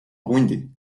hundi